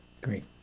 Great